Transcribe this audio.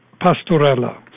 pastorella